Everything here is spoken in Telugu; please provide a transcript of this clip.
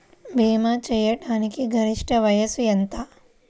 భీమా చేయాటానికి గరిష్ట వయస్సు ఎంత?